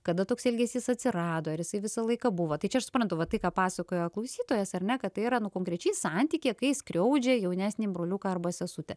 kada toks elgesys atsirado ar jisai visą laiką buvo tai čia aš suprantu va tai ką pasakoja klausytojas ar ne kad tai yra nuo konkrečiai santykyje kai skriaudžia jaunesnį broliuką arba sesutę